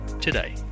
today